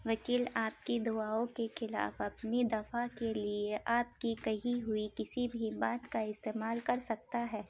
وکیل آپ کی دعاؤں کے خلاف اپنی دفع کے لیے آپ کی کہی ہوئی کسی بھی بات کا استعمال کر سکتا ہے